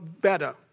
better